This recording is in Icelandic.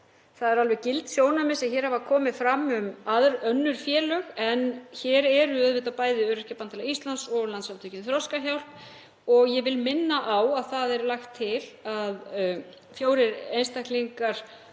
Það eru alveg gild sjónarmið sem hér hafa komið fram um önnur félög en hér eru auðvitað bæði Öryrkjabandalag Íslands og Landssamtökin Þroskahjálp. Ég vil minna á að það er lagt til að fjórir einstaklingar